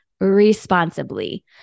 Responsibly